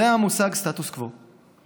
זה המושג סטטוס קוו.